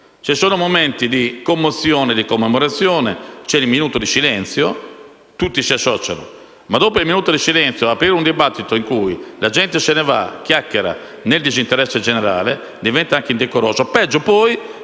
ci sono momenti di commozione e commemorazione, c'è il minuto di silenzio, cui tutti si associano, ma dopo il minuto di silenzio, aprire un dibattito durante il quale la gente se ne va e chiacchiera, nel disinteresse generale, diventa anche indecoroso.